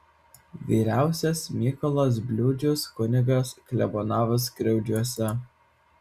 vyriausias mykolas bliūdžius kunigas klebonavo skriaudžiuose